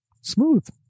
smooth